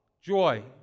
joy